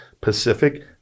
Pacific